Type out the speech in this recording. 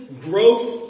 growth